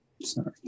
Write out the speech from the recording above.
Sorry